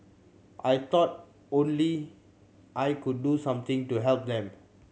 I thought only I could do something to help them